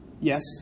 Yes